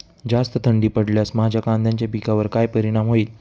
जास्त थंडी पडल्यास माझ्या कांद्याच्या पिकावर काय परिणाम होईल?